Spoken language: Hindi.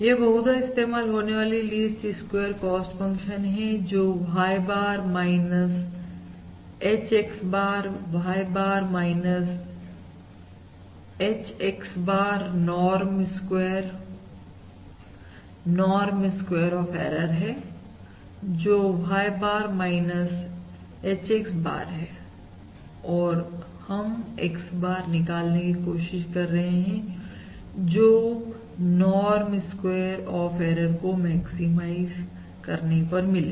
यह बहुदा इस्तेमाल होने वाली लीस्ट स्क्वेयर कॉस्ट फंक्शन है जो Y bar H X bar Y bar H X bar norm square norm square of error है जो Y bar H X bar है और हम X bar निकालने की कोशिश कर रहे हैं जो नॉर्म स्क्वायर ऑफ एरर को मैक्सिमाइज करें